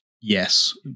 Yes